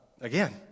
again